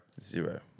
Zero